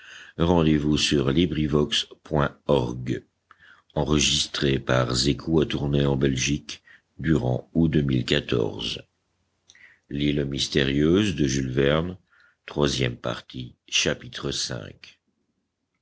l'île mystérieuse by